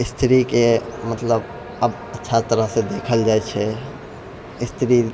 स्त्रीकेँ मतलब आब अच्छा तरहसँ देखल जाइ छै स्त्री